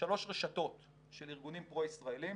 שלוש רשתות של ארגונים פרו ישראליים,